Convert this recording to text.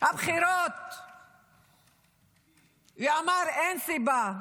הבחירות ואמר, אין סיבה,